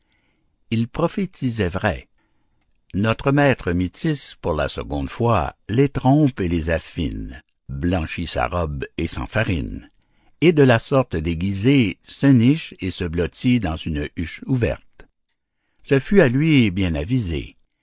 il prophétisait vrai notre maître mitis pour la seconde fois les trompe et les affine blanchit sa robe et s'enfarine et de la sorte déguisé se niche et se blottit dans une huche ouverte ce fut à lui bien avisé